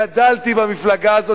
גדלתי במפלגה הזו.